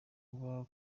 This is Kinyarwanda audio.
kuba